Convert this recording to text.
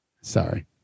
Sorry